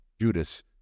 Judas